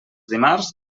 dimarts